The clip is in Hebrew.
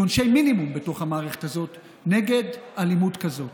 כעונשי מינימום בתוך המערכת הזאת נגד אלימות כזאת.